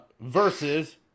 versus